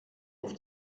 auf